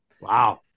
wow